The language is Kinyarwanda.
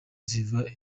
ziva